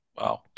Wow